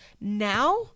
now